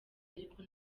ariko